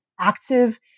active